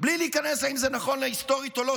בלי להיכנס לשאלה אם זה נכון היסטורית או לא,